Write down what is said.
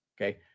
Okay